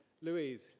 Louise